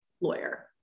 lawyer